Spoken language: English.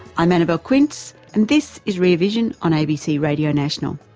i'm annabelle quince and this is rear vision on abc radio national